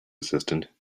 assistant